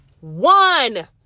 One